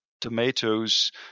tomatoes